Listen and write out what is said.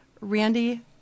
Randy